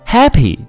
Happy